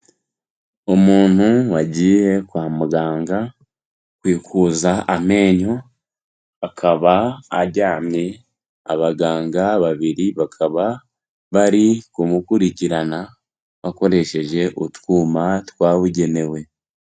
Umuntu wagiye kwa muganga kwikuza amenyo, akaba aryamye abaganga babiri bakaba bari kumukurikirana bakoresheje utwuma twabugenewe.